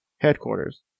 headquarters